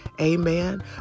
Amen